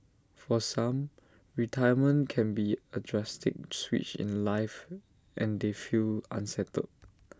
for some retirement can be A drastic switch in life and they feel unsettled